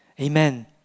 Amen